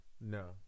No